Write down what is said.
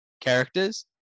characters